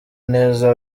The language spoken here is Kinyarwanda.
neza